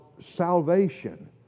salvation